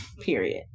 period